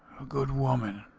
a good woman.